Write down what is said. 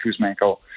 Kuzmenko